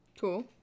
Cool